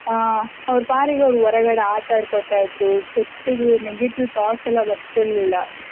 ಅವ್ರ ಪಾಡಿಗೆ ಅವ್ರು ಹೊರಗಡೆ ಆಟ ಆಡ್ಕೋತ ಇದ್ದರು ಕೆಟ್ಟದ್ದು ನೆಗೆಟಿವ್ ತಾಟ್ಸೆಲ್ಲ ಬರ್ತಿರಲಿಲ್ಲ